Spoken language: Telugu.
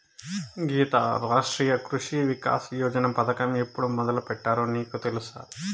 గీతా, రాష్ట్రీయ కృషి వికాస్ యోజన పథకం ఎప్పుడు మొదలుపెట్టారో నీకు తెలుసా